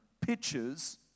pictures